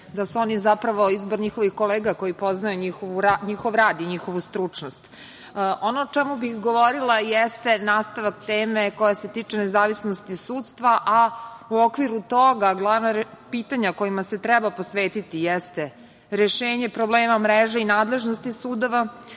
da su oni zapravo, izbor njihovih kolega koji poznaju njihov rad i njihovu stručnost. Ono o čemu bih govorila jeste nastavak teme koja se tiče nezavisnosti sudstva, a u okviru toga glavna pitanja kojima se treba posvetiti jeste rešenje probleme mreže i nadležnosti sudova,